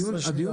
15 השניות הללו.